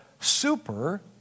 super